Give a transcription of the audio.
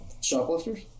shoplifters